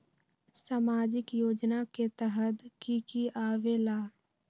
समाजिक योजना के तहद कि की आवे ला?